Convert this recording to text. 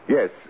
Yes